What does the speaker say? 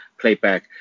playback